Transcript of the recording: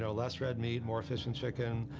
so less red meat, more fish and chicken,